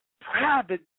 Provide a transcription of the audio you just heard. Private